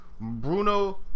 Bruno